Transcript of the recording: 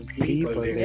People